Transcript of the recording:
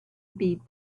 beat